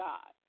God